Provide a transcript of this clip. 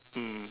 mm